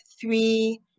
three